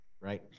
right